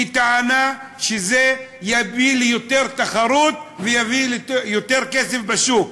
בטענה שזה יביא ליותר תחרות ויביא ליותר כסף בשוק.